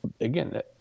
Again